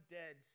dead